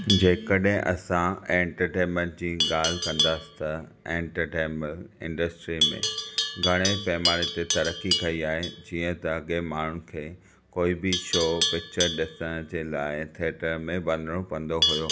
जेकॾहिं असां एंटरटेनमेंट जी ॻाल्हि कंदासीं त एंटरटेनमेंट इंडस्ट्री में घणे पैमाने ते तरक़्क़ी कई आहे जीअं त अॻे माण्हुनि खे को बि शौक़ु पिक्चर ॾिसणु जे लाइ थिएटर में वञणो पवंदो हुयो